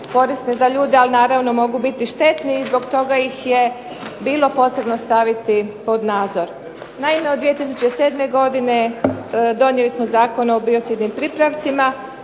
korisne za ljude, ali naravno mogu biti i štetni i zbog toga ih je bilo potrebno staviti pod nadzor. Naime, od 2007. godine donijeli smo Zakon o biocidnim pripravcima